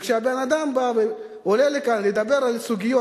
כשבן-אדם בא ועולה לכאן לדבר על סוגיות